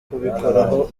kubikoraho